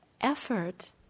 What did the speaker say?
effort